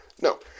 No